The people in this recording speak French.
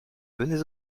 venez